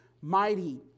mighty